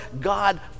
God